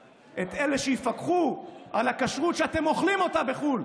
אתם צריכים לשלוח מכאן את אלה שיפקחו על הכשרות שאתם אוכלים אותה בחו"ל,